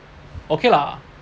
okay lah